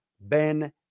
Ben